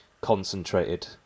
concentrated